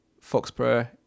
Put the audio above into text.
Foxborough